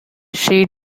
she